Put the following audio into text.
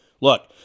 Look